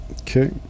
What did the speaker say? Okay